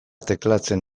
tekleatzen